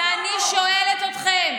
ואני שואלת אתכם: